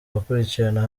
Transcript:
bakurikiranira